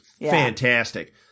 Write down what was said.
fantastic